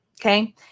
Okay